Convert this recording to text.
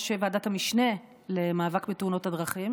ועדת המשנה למאבק בתאונות הדרכים